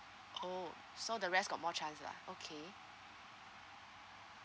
oh so the rest got more chance lah okay